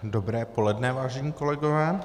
Dobré poledne, vážení kolegové.